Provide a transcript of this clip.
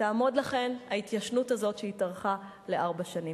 תעמוד לכן ההתיישנות הזאת, שהתארכה לארבע שנים.